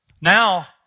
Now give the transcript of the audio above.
now